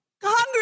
Congress